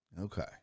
Okay